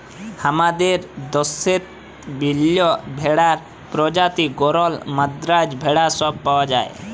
হামাদের দশেত বিভিল্য ভেড়ার প্রজাতি গরল, মাদ্রাজ ভেড়া সব পাওয়া যায়